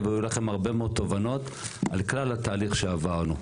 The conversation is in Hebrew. אבל יהיו לכם הרבה מאוד תובנות על כלל התהליך שעברנו.